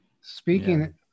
speaking